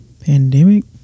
Pandemic